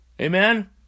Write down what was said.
Amen